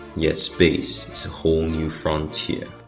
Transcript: yet space is a whole new frontier